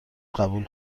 قبول